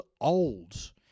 old